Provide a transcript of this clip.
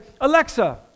alexa